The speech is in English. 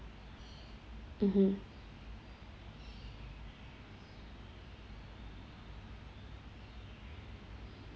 mmhmm